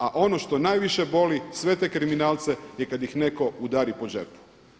A ono što najviše boli sve te kriminalce je kad ih netko udari po džepu.